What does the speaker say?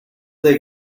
they